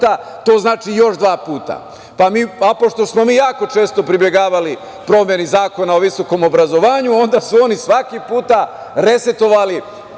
dva puta. Pošto smo mi jako često pribegavali promeni Zakona o visokom obrazovanju, onda su oni svaki put resetovali